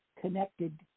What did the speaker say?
connected